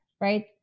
right